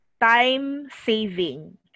time-saving